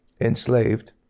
enslaved